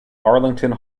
arlington